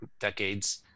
decades